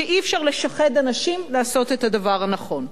שאי-אפשר לשחד אנשים לעשות את הדבר הנכון.